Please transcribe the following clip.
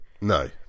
No